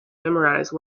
memorize